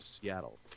Seattle